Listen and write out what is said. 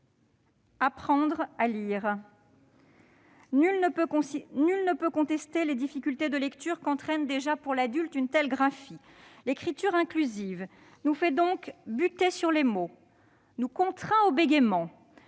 apprendre à lire. Nul ne peut contester les difficultés de lecture qu'entraîne déjà pour l'adulte une telle graphie. L'écriture inclusive nous fait buter sur les mots, nous contraint au bégaiement.